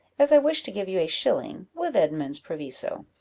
as i wish to give you a shilling, with edmund's proviso.